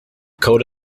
code